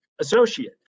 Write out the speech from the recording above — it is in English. associate